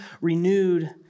renewed